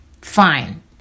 fine